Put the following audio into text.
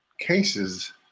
cases